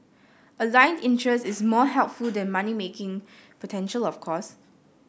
aligned interest is more helpful than money making potential of course